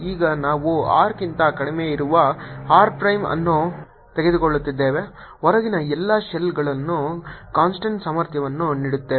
ಈಗ ನಾವು R ಗಿಂತ ಕಡಿಮೆಯಿರುವ r ಪ್ರೈಮ್ ಅನ್ನು ತೆಗೆದುಕೊಳ್ಳುತ್ತಿದ್ದೇವೆ ಹೊರಗಿನ ಎಲ್ಲಾ ಶೆಲ್ಗಳು ಕಾನ್ಸ್ಟಂಟ್ ಸಾಮರ್ಥ್ಯವನ್ನು ನೀಡುತ್ತವೆ